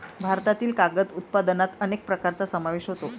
भारतातील कागद उत्पादनात अनेक प्रकारांचा समावेश होतो